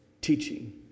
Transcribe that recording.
teaching